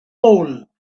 pole